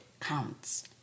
counts